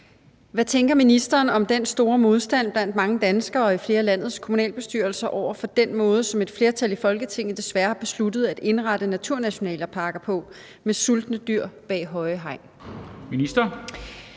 Hvad tænker ministeren om den store modstand blandt mange danskere og i flere af landets kommunalbestyrelser over for den måde, som et flertal i Folketinget desværre har besluttet at indrette naturnationalparker på med sultende dyr bag høje hegn? Kl.